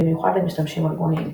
במיוחד למשתמשים ארגוניים.